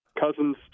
Cousins